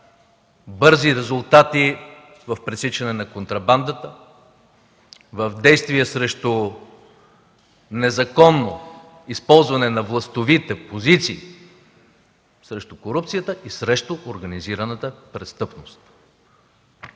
бързи резултати в пресичане на контрабандата, в действия срещу незаконно използване на властовите позиции, срещу корупцията и срещу организираната престъпност.